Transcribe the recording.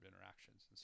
interactions